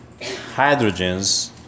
hydrogens